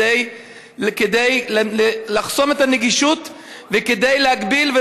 כדי לחסום את הנגישות וכדי להגביל,